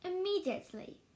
immediately